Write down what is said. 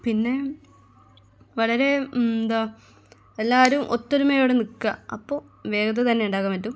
പിന്നെ വളരെ എന്താ എല്ലാവരും ഒത്തൊരുമയോടെ നിൽക്കുക അപ്പോൾ വേഗത്തിൽ തന്നെ ഉണ്ടാക്കാൻ പറ്റും